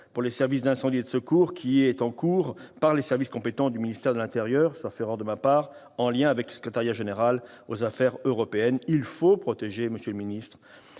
pour les services d'incendie et de secours qui est en cours par les services compétents du ministère de l'intérieur, en lien avec le secrétariat général aux affaires européennes ? Il faut protéger l'engagement